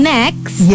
Next